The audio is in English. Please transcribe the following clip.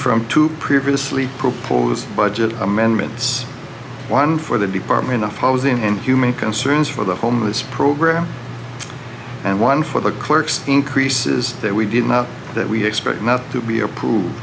from two previously proposed budget amendments one for the department of housing and human concerns for the homeless program and one for the clerks increases that we did not that we expect not to be a